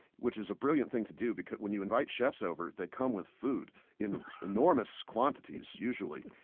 which is a brilliant thing to do because when you invite chefs over, they come with food in enormous quantities usually.